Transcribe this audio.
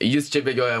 jis čia bėgioja